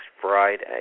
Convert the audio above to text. Friday